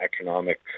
economic